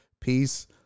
Peace